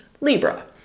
Libra